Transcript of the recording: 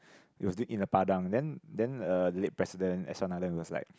it was did in the padang then then uh the late president S R Nathan he was like